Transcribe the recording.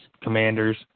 Commanders